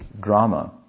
drama